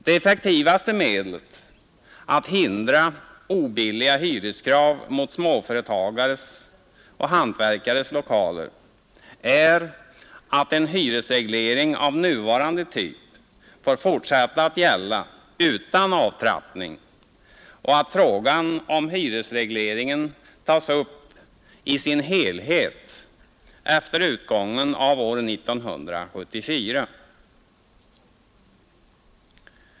Det effektivaste medlet att hindra obilliga hyreskrav mot småföretagares och hantverkares lokaler är att en hyresreglering av nuvarande typ får fortsätta att gälla utan avtrappning och att frågan om hyresregleringen tas upp i sin helhet efter utgången av år 1974.